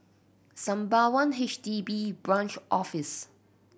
Sembawang H D B Branch Office